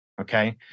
okay